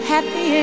Happy